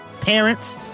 Parents